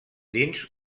dins